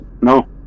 no